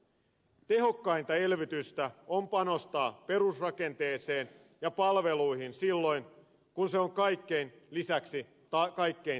tehokkainta elvytystä on panostaa perusrakenteeseen ja palveluihin silloin kun se on kaiken lisäksi kaikkein tarpeellisinta